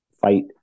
fight